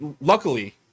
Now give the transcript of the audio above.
luckily